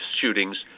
shootings